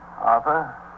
Arthur